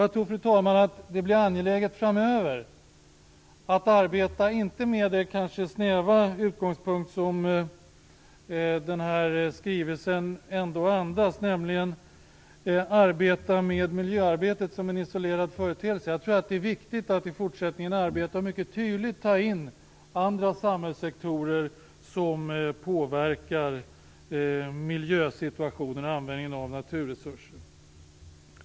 Jag tror att det framöver blir angeläget att arbeta på ett sådant sätt - kanske inte med den snäva utgångspunkt som den här skrivelsen ändå andas, nämligen att man arbetar med miljöarbetet som en isolerad företeelse - att andra samhällssektorer mycket tydligt tas in som påverkar miljösituationen och användningen av naturresurser.